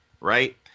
Right